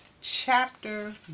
chapter